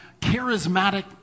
charismatic